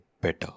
better